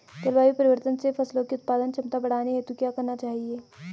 जलवायु परिवर्तन से फसलों की उत्पादन क्षमता बढ़ाने हेतु क्या क्या करना चाहिए?